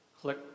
Click